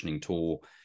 tool